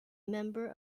member